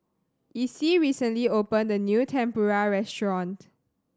Icie recently opened a new Tempura restaurant